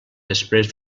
després